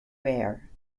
rare